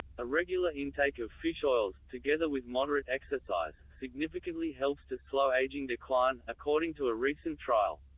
a regular intake of fish oils, together with moderate exercise, significantly helps to slow aging decline, according to a recent trial.